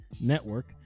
Network